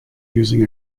using